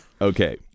Okay